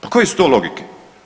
Pa koje su to logike?